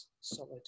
solid